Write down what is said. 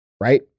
right